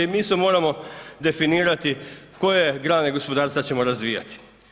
Mi se moramo definirati koje grane gospodarstva ćemo razvijati.